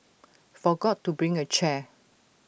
forgot to bring A chair